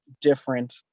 different